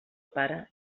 pare